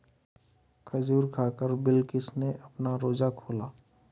खजूर खाकर बिलकिश ने अपना रोजा खोला